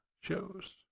shows